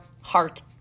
heart